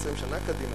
20 שנה קדימה,